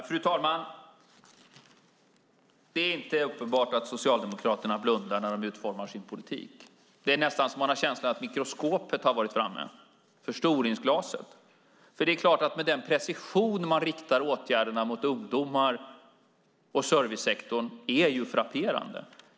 Fru talman! Det är inte uppenbart att Socialdemokraterna blundar när de utformar sin politik. Det är nästan så att man har känslan att mikroskopet eller förstoringsglaset har varit framme. Den precision man riktar åtgärderna mot ungdomar och servicesektorn med är nämligen frapperande.